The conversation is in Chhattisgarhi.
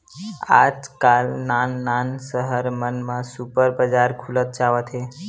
आजकाल नान नान सहर मन म सुपर बजार खुलत जावत हे